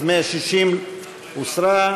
אז 160 הוסרה.